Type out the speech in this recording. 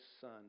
son